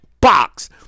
box